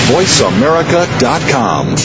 VoiceAmerica.com